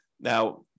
now